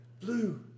blue